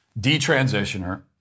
detransitioner